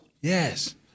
Yes